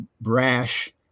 brash